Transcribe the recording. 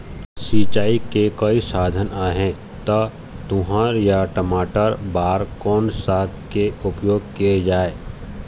सिचाई के कई साधन आहे ता तुंहर या टमाटर बार कोन सा के उपयोग किए जाए?